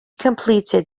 completed